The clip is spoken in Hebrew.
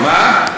מה?